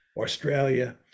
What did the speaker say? Australia